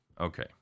Okay